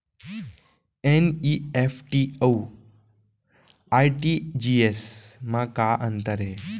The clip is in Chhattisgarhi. एन.ई.एफ.टी अऊ आर.टी.जी.एस मा का अंतर हे?